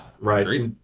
right